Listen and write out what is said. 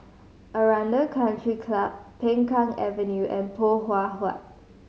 Aranda Country Club Peng Kang Avenue and Poh Huat Huat